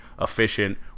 efficient